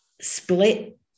split